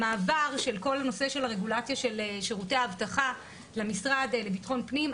המעבר של כל נושא הרגולציה של שירותי האבטחה למשרד לביטחון פנים.